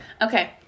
Okay